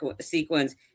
sequence